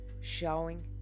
showing